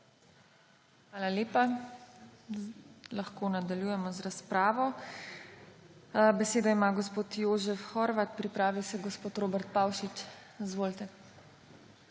Hvala lepa. Lahko nadaljujemo z razpravo. Besedo ima gospod Jožef Horvat, pripravi se gospod Robert Pavšič. Izvolite.